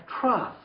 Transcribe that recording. trust